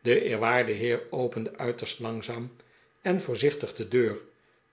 de eerwaarde heer opende uiterst langzaam en voorzichtig de deur